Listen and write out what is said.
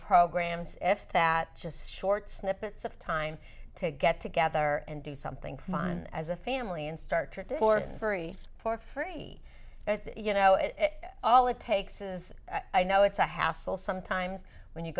programs if that just short snippets of time to get together and do something fun as a family and start for free for free it's you know it all it takes is i know it's a hassle sometimes when you